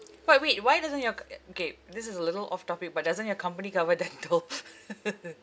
but wait why doesn't your co~ ya kay this is a little off topic but doesn't your company cover dental